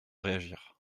réagir